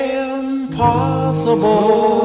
impossible